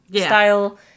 style